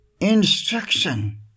Instruction